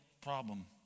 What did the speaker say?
problem